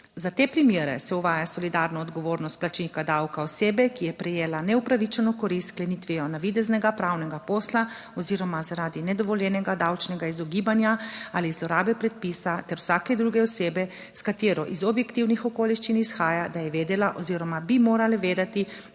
Za te primere se uvaja solidarno odgovornost plačnika davka osebe, ki je prejela neupravičeno korist s sklenitvijo navideznega pravnega posla oziroma zaradi nedovoljenega davčnega izogibanja ali zlorabe predpisa, ter vsake druge osebe, s katero iz objektivnih okoliščin izhaja, da je vedela oziroma bi morala vedeti,